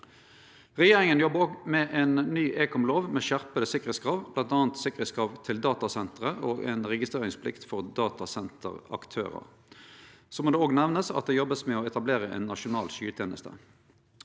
Regjeringa jobbar òg med ei ny ekomlov med skjerpa sikkerheitskrav, bl.a. sikkerheitskrav til datasenter og ei registreringsplikt for datasenteraktørar. Det må òg nemnast at ein jobbar med å etablere ei nasjonal skyteneste.